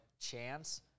chance